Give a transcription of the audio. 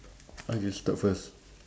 ah you start first